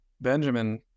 Benjamin